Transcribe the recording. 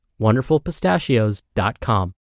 WonderfulPistachios.com